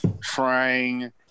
trying